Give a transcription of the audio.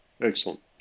excellent